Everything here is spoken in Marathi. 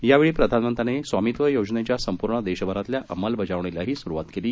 यावेळी प्रधानमंत्र्यांनी स्वामीत्व योजनेच्या संपूर्ण देशभरातल्या अंमलबजावणीलाही सुरुवात केली